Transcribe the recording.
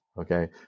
okay